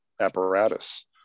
apparatus